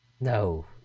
No